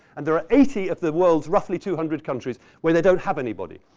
and there are eighty of the world's roughly two hundred countries where they don't have anybody.